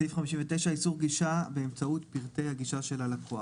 59.איסור גישה באמצעות פרטי הגישה של הלקוח